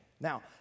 Now